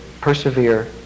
Persevere